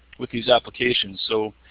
with these applications. so,